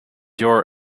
your